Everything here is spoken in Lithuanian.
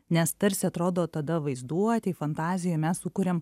nes tarsi atrodo tada vaizduotėj fantazijoj mes sukuriam